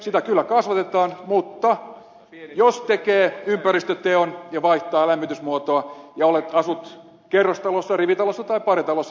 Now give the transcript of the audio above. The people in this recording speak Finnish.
sitä kyllä kasvatetaan mutta jos tekee ympäristöteon ja vaihtaa lämmitysmuotoa ja asuu kerrostalossa rivitalossa tai paritalossa niin ei saa kotitalousvähennystä